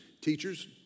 teachers